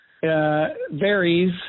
varies